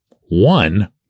One